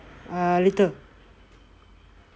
err later